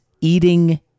eating